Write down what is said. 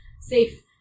Safe